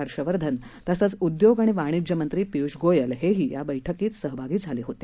हर्षवर्धन तसंच उद्योग आणि वाणिज्य मंत्री पियूष गोयल हेही या बैठकीत सहभागी झाले होते